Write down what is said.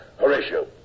Horatio